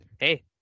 hey